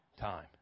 time